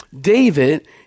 David